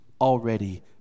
already